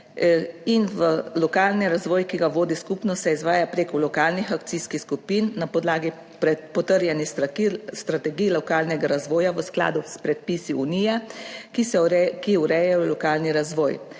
in v lokalni razvoj, ki ga vodi skupnost, se izvaja preko lokalnih akcijskih skupin na podlagi potrjenih strategij lokalnega razvoja v skladu s predpisi Unije, ki se ureja, ki urejajo lokalni razvoj.